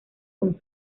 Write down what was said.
con